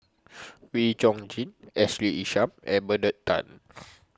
Wee Chong Jin Ashley Isham and Bernard Tan